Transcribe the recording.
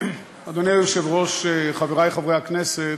אדוני היושב-ראש, חברי חברי הכנסת,